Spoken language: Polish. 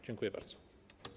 Dziękuję bardzo.